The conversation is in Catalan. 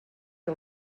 que